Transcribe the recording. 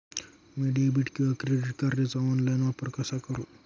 मी debit किंवा credit कार्डचा online वापर कसा करु?